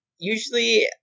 Usually